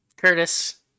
Curtis